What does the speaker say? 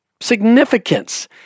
significance